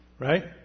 Right